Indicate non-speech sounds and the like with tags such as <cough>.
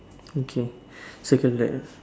okay <noise> circle that ah